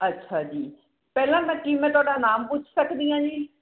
ਅੱਛਾ ਜੀ ਪਹਿਲਾਂ ਮੈਂ ਕੀ ਮੈਂ ਤੁਹਾਡਾ ਨਾਮ ਪੁੱਛ ਸਕਦੀ ਹਾਂ ਜੀ